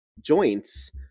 Joints